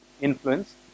influence